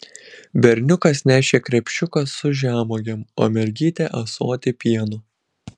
berniukas nešė krepšiuką su žemuogėm o mergytė ąsotį pieno